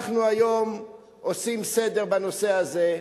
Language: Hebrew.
אנחנו היום עושים סדר בנושא הזה,